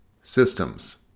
systems